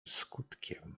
skutkiem